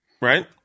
right